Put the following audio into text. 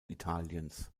italiens